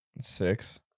six